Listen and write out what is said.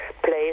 place